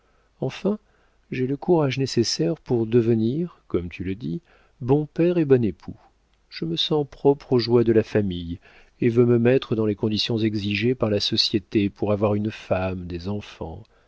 enfin j'ai le courage nécessaire pour devenir comme tu le dis bon père et bon époux je me sens propre aux joies de la famille et veux me mettre dans les conditions exigées par la société pour avoir une femme des enfants